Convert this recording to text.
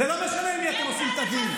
זה לא משנה עם מי אתם עושים את הדיל.